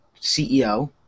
CEO